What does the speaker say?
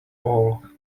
all